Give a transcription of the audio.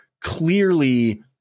clearly